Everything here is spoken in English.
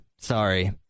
Sorry